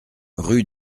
rue